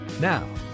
Now